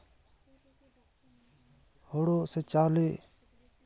ᱦᱳᱲᱳ ᱥᱮ ᱪᱟᱣᱞᱮ